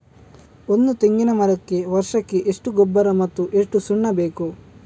ಒಂದು ತೆಂಗಿನ ಮರಕ್ಕೆ ವರ್ಷಕ್ಕೆ ಎಷ್ಟು ಗೊಬ್ಬರ ಮತ್ತೆ ಎಷ್ಟು ಸುಣ್ಣ ಬೇಕು?